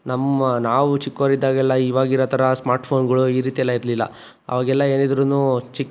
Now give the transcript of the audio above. ನಮ್ಮ ನಾವು ಚಿಕ್ಕವರಿದ್ದಾಗೆಲ್ಲ ಇವಾಗಿರೊ ಥರ ಸ್ಮಾರ್ಟ್ ಫೋನ್ಗಳು ಈ ರೀತಿ ಎಲ್ಲ ಇರಲಿಲ್ಲ ಆವಾಗೆಲ್ಲ ಏನಿದ್ದರೂ